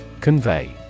Convey